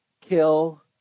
kill